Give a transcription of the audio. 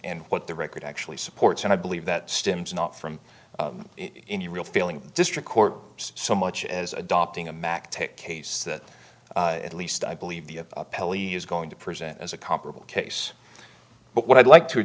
and what the record actually supports and i believe that stems not from any real feeling district court so much as adopting a mack take case that at least i believe the appellee is going to present as a comparable case but what i'd like to